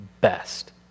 best